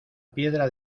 piedra